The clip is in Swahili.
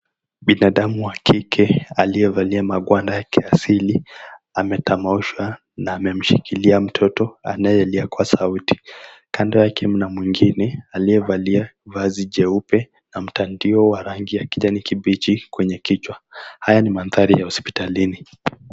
Binadamu wa kike aliyevalia magwanda ya kiasili ametamaushwa na ameshikilia mtoto anayelia kwa sauti, kando yake mna mwingine aliyevalia vazi jeupe na mtandio wa rangi ya kijani kibichi kwenye kichwa, haya ni mandhari ya hospitalini.